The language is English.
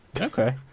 Okay